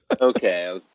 okay